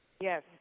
Yes